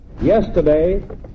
Yesterday